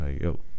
Yo